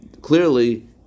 clearly